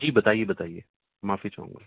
جی بتائیے بتائیے معافی چاہوں گا